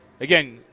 Again